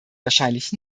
wahrscheinlich